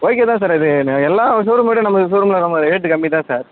okay தான் sir இதுன்னு எல்லா ஷோ ரூமை விட நம்ம ஷோ ரூமில் நம்ம ரேட்டு கம்மி தான் சார்